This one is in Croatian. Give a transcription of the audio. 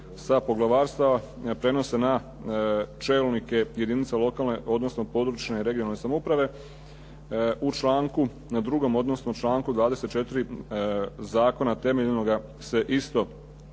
sa poglavarstava prenose na čelnike jedinica lokalne odnosno područne (regionalne) samouprave. U članku 2. odnosno u članku 24. zakona temeljnoga se isto